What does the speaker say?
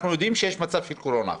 אנחנו יודעים שיש מצב של קורונה עכשיו,